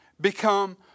become